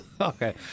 Okay